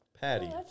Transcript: Patty